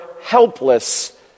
helpless